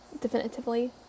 definitively